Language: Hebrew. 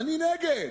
אני נגד.